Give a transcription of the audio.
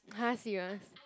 !huh! serious